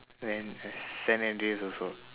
went eh san andreas also